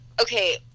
okay